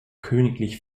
königlich